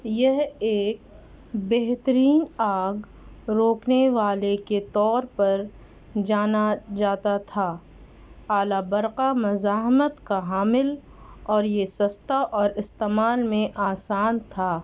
یہ ایک بہترین آگ روکنے والے کے طور پر جانا جاتا تھا اعلی برقہ مزاحمت کا حامل اور یہ سستا اور استعمال میں آسان تھا